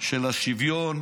השוויון